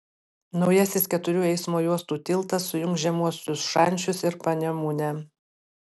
naujasis keturių eismo juostų tiltas sujungs žemuosius šančius ir panemunę